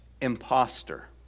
imposter